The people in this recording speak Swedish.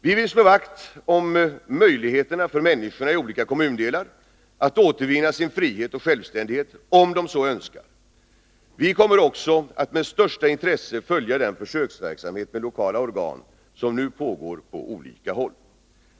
Vi vill slå vakt om möjligheterna för människorna i olika kommundelar att återvinna sin frihet och självständighet, om de så önskar. Vi kommer också att med största intresse följa den försöksverksamhet med lokala organ som nu pågår på olika håll.